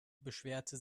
beschwerte